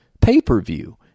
pay-per-view